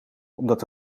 omdat